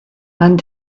and